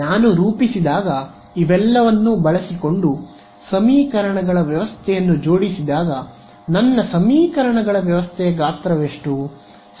ನಾನು ರೂಪಿಸಿದಾಗ ಇವೆಲ್ಲವನ್ನೂ ಬಳಸಿಕೊಂಡು ಸಮೀಕರಣಗಳ ವ್ಯವಸ್ಥೆಯನ್ನು ಜೋಡಿಸಿದಾಗ ನನ್ನ ಸಮೀಕರಣಗಳ ವ್ಯವಸ್ಥೆಯ ಗಾತ್ರಎಷ್ಟು